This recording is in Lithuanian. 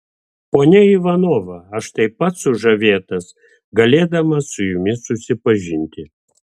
ponia ivanova aš taip pat sužavėtas galėdamas su jumis susipažinti